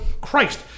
Christ